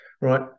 right